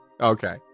Okay